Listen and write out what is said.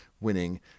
winning